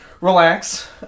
relax